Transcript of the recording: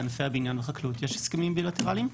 בענפי הבניין והחקלאות יש הסכמים בילטרליים.